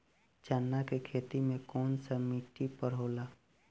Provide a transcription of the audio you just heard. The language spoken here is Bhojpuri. चन्ना के खेती कौन सा मिट्टी पर होला?